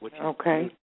Okay